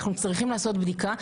אנחנו צריכים לעשות בדיקה.